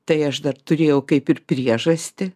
tai aš dar turėjau kaip ir priežastį